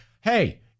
hey